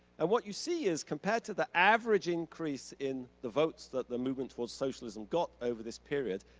and what you see is compared to the average increase in the votes that the movement towards socialism got over this period,